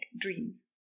dreams